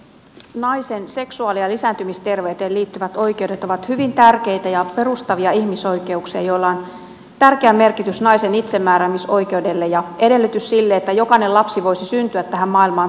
naisen seksuaali ja lisääntymisterveyteen liittyvät oikeudet ovat hyvin tärkeitä ja perustavia ihmisoikeuksia joilla on tärkeä merkitys naisen itsemääräämisoikeudelle ja jotka ovat edellytys sille että jokainen lapsi voisi syntyä tähän maailmaan toivottuna